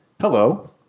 Hello